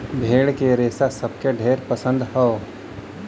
भेड़ क रेसा सबके ढेर पसंद हौ